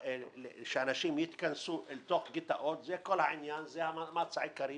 שאנשים יתכנסו לתוך גטאות וזה המאמץ העיקרי